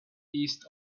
east